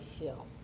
Hill